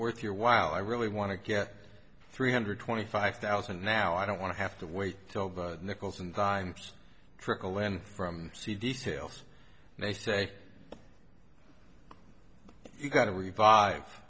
worth your while i really want to get three hundred twenty five thousand now i don't want to have to wait till the nickels and dimes trickle in from see details and they say you got to revive